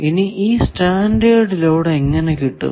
ഇനി ഈ standard load എങ്ങനെ കിട്ടും